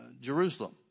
Jerusalem